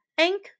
Ink